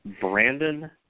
Brandon